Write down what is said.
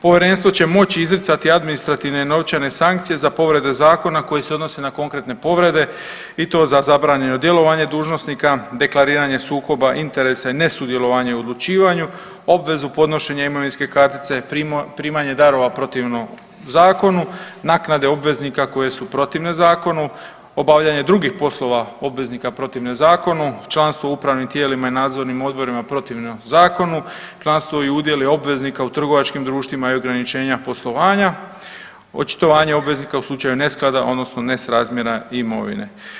Povjerenstvo će moći izricati administrativne i novčane sankcije za povrede zakona koje se odnose na konkretne povrede i to za zabranjeno djelovanje dužnosnika, deklariranje sukoba interesa i nesudjelovanje u odlučivanju, obvezu podnošenja imovinske kartice, primanje darova protivno zakonu, naknade obveznika koje su protivne zakonu, obavljanje drugih poslova obveznika protivne zakonu, članstvo u upravnim tijelima i nadzornim odborima protivno zakonu, članstvo i udjeli obveznika u trgovačkim društvima i ograničenja poslovanja, očitovanje obveznika u slučaju nesklada odnosno ne srazmjera imovine.